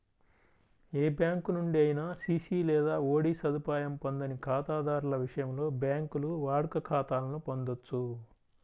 ఏ bank నుండి అయినా CC లేదా ఓడి సదుపాయం పొందని ఖాతాదారుల విషయంలో, బ్యాంకులు వాడుక ఖాతాలను పొందొచ్చు